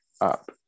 up